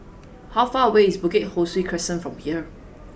how far away is Bukit Ho Swee Crescent from here